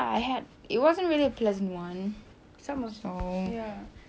ya saya kena um bully about my looks